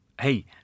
Hey